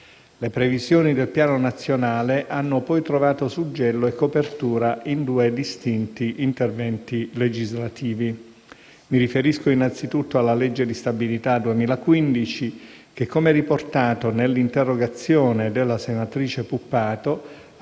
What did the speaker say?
Le previsioni del piano nazionale hanno poi trovato suggello e copertura in due interventi legislativi. Mi riferisco, innanzitutto, alla legge di stabilità 2015 che - come riportato nell'interrogazione della senatrice Puppato